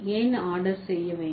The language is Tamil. ஏன் ஆர்டர் செய்ய வேண்டும்